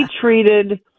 treated